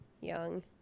Young